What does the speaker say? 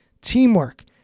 teamwork